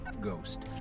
ghost